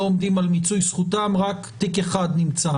לא עומדים על מיצוי זכותם רק תיק אחד נמצא.